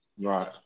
Right